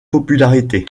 popularité